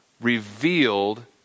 revealed